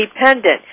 independent